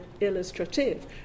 illustrative